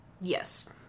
Yes